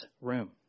room